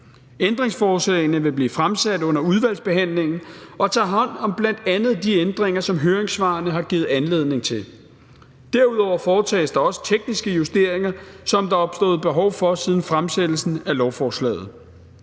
Ændringsforslagene vil blive stillet under udvalgsbehandlingen og tage hånd om bl.a. de ændringer, som høringssvarene har givet anledning til. Derudover foretages der også tekniske justeringer, som der er opstået behov for siden fremsættelsen af lovforslaget.